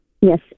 yes